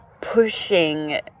pushing